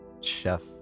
Chef